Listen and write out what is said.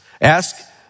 Ask